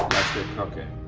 get cookin'.